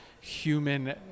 human